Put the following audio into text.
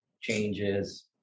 changes